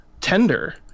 tender